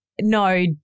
no